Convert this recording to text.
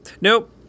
nope